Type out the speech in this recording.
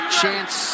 chance